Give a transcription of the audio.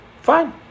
Fine